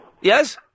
Yes